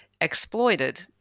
exploited